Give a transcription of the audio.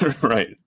right